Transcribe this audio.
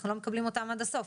אנחנו לא מקבלים אותם עד הסוף.